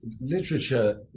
literature